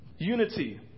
Unity